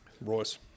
Royce